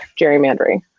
gerrymandering